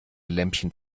lämpchen